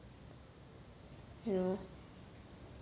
you know